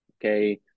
Okay